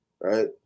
Right